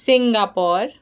Singapore